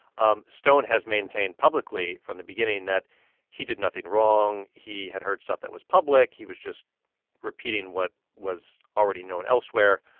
um stone has maintained publicly from the beginning that he did nothing wrong. he had heard stuff that was public. he was just repeating what was already known elsewhere.